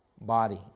body